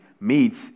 meets